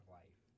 life